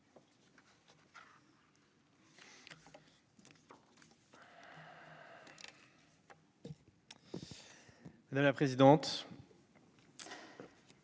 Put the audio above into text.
Madame la présidente,